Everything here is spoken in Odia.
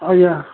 ଆଜ୍ଞା